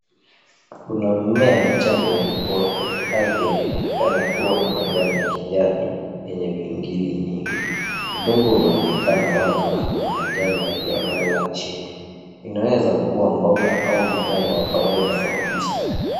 Kuna mmea mchanga umekuwa kwenye ardhi na inaonekana kuwa na majani ya kijani yenye pingili nyingi. Udongo unaonekana wazi na kuna majani yaliyolala chini. Inaweza kuwa mboga au mmea wa kawaida wa bustani.